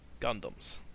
Gundams